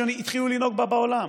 שיטה שהתחילו להנהיג בעולם.